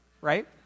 right